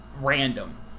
random